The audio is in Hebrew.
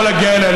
יכול להגיע אליה.